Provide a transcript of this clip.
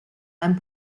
einem